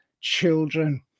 children